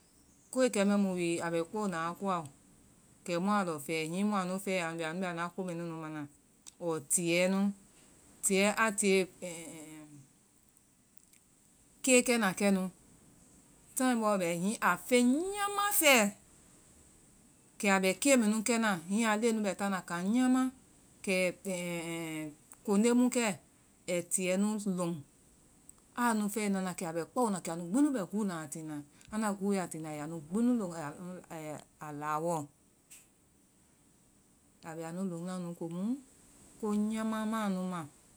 Koe kɛ mɛa mu wi a bɛ kpaonaa koa. kɛ mua lɔ fɛɛ hihi mua nu fɛɛ wa nu, anua ko bihi nunu mana. ɔɔ tiyɛɛ nu tilyɛ nu a tiyee keekɛna kɛnu tan bɔɔ bɛ hihi a feŋ nyaama fɛɛ kɛ abɛ keemɛnu kɛna hihi aa leŋɛ nu bɛ taana kan nyaama kɛ konde mu kɛ ai tiiyɛ nu lɔŋ aa nu fɛɛ aa nu kɛ a bɛ kpaona, anu gbi bɛ guuna, a tina anda guue a tina, kɛ aanu gbinu kɛ a bɛ kpaona, anu gbi bɛ aa nu gbinu kɛ a laawɔɔ. kɛ a bɛ anu lonna nu komu ko nyaama maa nu ma.